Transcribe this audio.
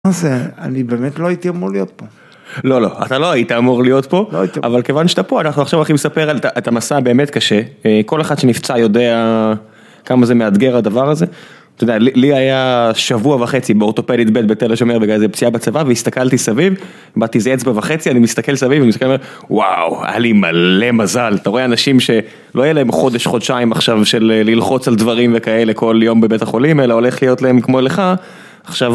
אני באמת לא הייתי אמור להיות פה. לא, לא, אתה לא היית אמור להיות פה, אבל כיוון שאתה פה, אנחנו עכשיו הולכים לספר את המסע, הבאמת קשה. כל אחד שנפצע יודע כמה זה מאתגר הדבר הזה. לי היה שבוע וחצי באורטופדית בית בתל שומר בגלל איזה פציעה בצבא, והסתכלתי סביב, איבדתי איזה אצבע וחצי, אני מסתכל סביב, ומסתכלתי, וואו, היה לי מלא מזל, אתה רואה אנשים שלא יהיה להם חודש, חודשיים עכשיו של ללחוץ על דברים וכאלה כל יום בבית החולים, אלא הולך להיות להם כמו לך.